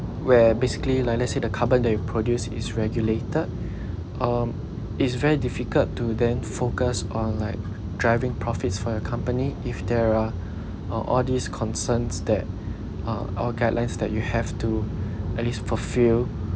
where basically like let's say the carbon they produce is regulated um it's very difficult to then focus on like driving profits for your company if there are uh all these concerns that uh or guidelines that you have to at least fulfill